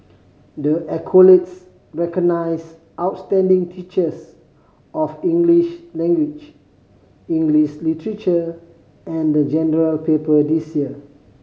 the accolades recognise outstanding teachers of English language English literature and the General Paper this year